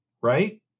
right